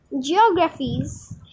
geographies